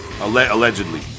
allegedly